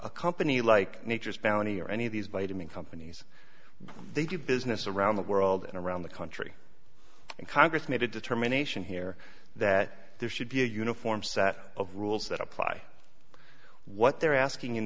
a company like nature's bounty or any of these vitamin companies they do business around the world and around the country and congress made a determination here that there should be a uniform set of rules that apply what they're asking in